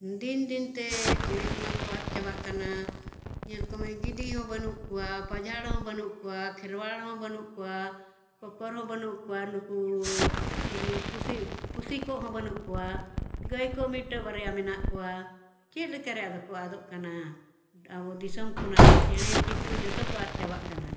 ᱫᱤᱱ ᱫᱤᱱ ᱛᱮ ᱪᱮᱬᱮ ᱠᱚᱢᱟ ᱠᱚ ᱟᱫ ᱪᱟᱵᱟᱜ ᱠᱟᱱᱟ ᱧᱮᱞ ᱠᱚᱢᱮ ᱜᱤᱫᱤ ᱦᱚᱸ ᱵᱟᱹᱱᱩᱜ ᱠᱚᱣᱟ ᱯᱟᱡᱷᱟᱲ ᱦᱚᱸ ᱵᱟᱹᱱᱩᱜ ᱠᱚᱣᱟ ᱠᱷᱮᱨᱣᱟᱲ ᱦᱚᱸ ᱵᱟᱹᱱᱩᱜ ᱠᱚᱣᱟ ᱠᱚᱠᱚᱨ ᱦᱚᱸ ᱵᱟᱹᱱᱩᱜ ᱠᱚᱣᱟ ᱱᱩᱠᱩ ᱪᱤᱞᱤ ᱯᱩᱥᱤ ᱯᱩᱥᱤ ᱠᱚᱜ ᱦᱚᱸ ᱵᱟᱹᱱᱩᱜ ᱠᱚᱣᱟ ᱜᱟᱹᱭ ᱠᱚᱜ ᱢᱤᱫᱴᱟᱹᱝ ᱵᱟᱨᱭᱟ ᱢᱮᱱᱟᱜ ᱠᱚᱣᱟ ᱪᱮᱫᱞᱮᱠᱟ ᱨᱮ ᱟᱫᱚ ᱠᱚ ᱟᱫᱚᱜ ᱠᱟᱱᱟ ᱟᱵᱚ ᱫᱤᱥᱚᱢ ᱠᱷᱚᱱᱟᱜ ᱪᱮᱬᱮ ᱪᱤᱯᱨᱩ ᱡᱚᱛᱚ ᱠᱚ ᱟᱫ ᱪᱟᱵᱟᱜ ᱠᱟᱱᱟ